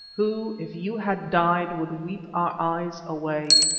who, if you had died, would weep our eyes away.